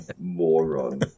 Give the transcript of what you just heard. moron